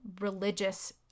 religious